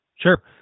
Sure